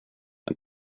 jag